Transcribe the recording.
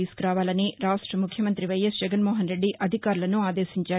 తీసుకురావాలని రాష్ట ముఖ్యమంతి వైఎస్ జగన్మోహన్ రెడ్డి అధికారులను ఆదేశించారు